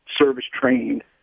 service-trained